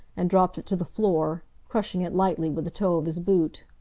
and dropped it to the floor, crushing it lightly with the toe of his boot.